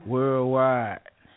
Worldwide